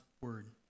word